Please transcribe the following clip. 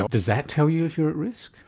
ah does that tell you if you're at risk?